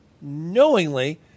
knowingly